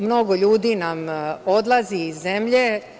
Mnogo ljudi nam odlazi iz zemlje.